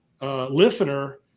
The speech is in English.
listener